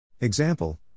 Example